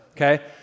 okay